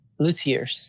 Luthiers